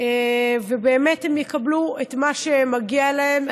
והם יקבלו את מה שמגיע להם.